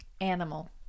Animal